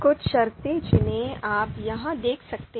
कुछ शर्तें जिन्हें आप यहाँ देख सकते हैं